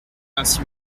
ainsi